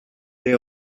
est